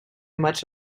much